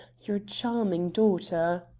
your charming daughter?